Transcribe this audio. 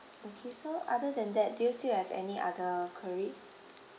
okay so other than that do you still have any other queries